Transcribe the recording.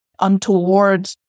untoward